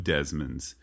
Desmonds